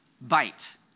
bite